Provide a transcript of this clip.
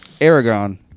Aragon